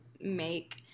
make